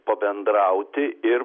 pabendrauti ir